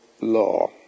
law